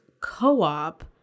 co-op